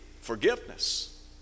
Forgiveness